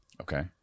Okay